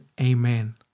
amen